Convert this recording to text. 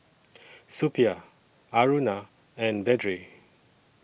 Suppiah Aruna and Vedre